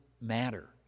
matter